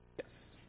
yes